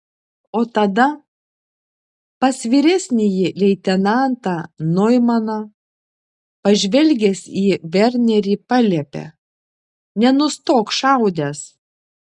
o tada pas vyresnįjį leitenantą noimaną pažvelgęs į vernerį paliepė nenustok šaudęs